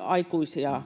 aikuisia,